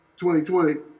2020